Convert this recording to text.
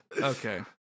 Okay